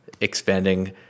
expanding